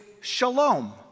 shalom